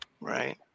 Right